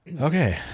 okay